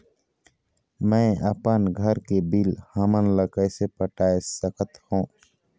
मैं अपन घर के बिल हमन ला कैसे पटाए सकत हो?